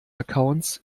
accounts